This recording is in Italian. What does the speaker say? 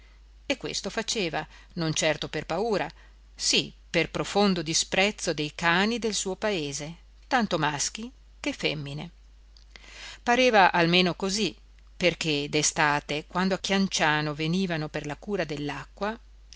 e questo faceva non certo per paura sì per profondo disprezzo di cani del suo paese tanto maschi che femmine pareva almeno così perché d'estate quando a chianciano venivano per la cura